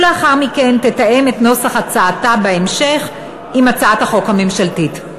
ולאחר מכן תתאם את נוסח הצעתה עם הצעת החוק הממשלתית.